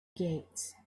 gates